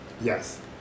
Yes